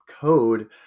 code